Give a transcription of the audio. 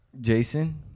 Jason